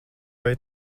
vai